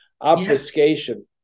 obfuscation